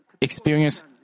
Experience